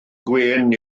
gwên